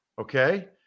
okay